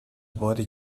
body